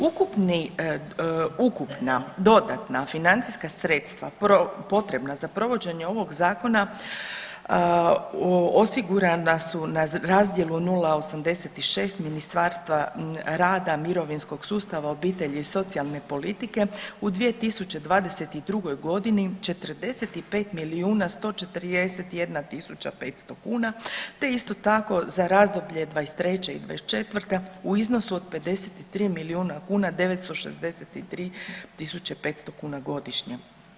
Ukupni, ukupna dodatna financijska sredstva potrebna za provođenje ovog zakona osigurana su na razdjelu 086 Ministarstva rada, mirovinskog sustava, obitelji i socijalne politike u 2022. godini 45 miliju 141 tisuća 500 kuna te isto tako za razdoblje '23. i '24. u iznosu od 53 milijuna kuna 963 tisuće 500 kuna godišnje.